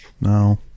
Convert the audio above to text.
No